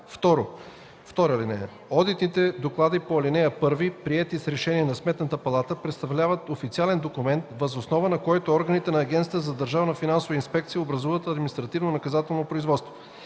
действия. (2) Одитните доклади по ал. 1, приети с решение на Сметната палата, представляват официален документ, въз основа на който органите на Агенцията за държавна финансова инспекция образуват административнонаказателно производство.